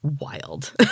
wild